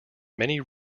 many